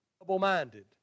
double-minded